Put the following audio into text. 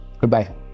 Goodbye